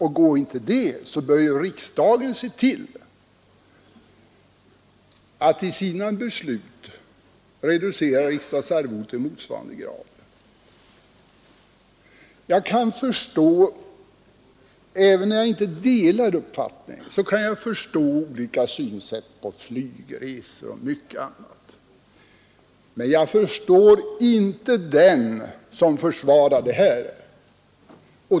Och går inte det, bör riksdagen se till att genom sina beslut reducera riksdagsarvodet i motsvarande grad. Även om jag inte delar utskottets uppfattning så kan jag förstå att det finns olika synsätt på exempelvis flygresor. Men jag förstår inte den som försvarar detta med arbetsfri inkomst i denna form.